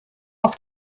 auf